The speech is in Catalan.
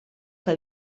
que